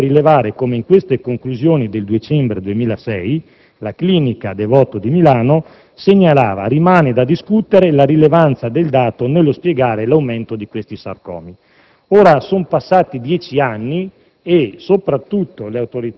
Ancora più interessante è rilevare come in queste conclusioni del dicembre 2006 la clinica Devoto di Milano segnalava: "Rimane da discutere la rilevanza del dato nello spiegare l'aumento di questi sarcomi". Ora, dal 1996 sono passati dieci anni